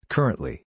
Currently